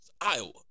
Iowa